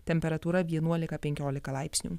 temperatūra vienuolika penkiolika laipsnių